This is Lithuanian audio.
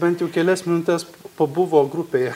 bent jau kelias minutes pabuvo grupėje